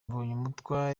mbonyumutwa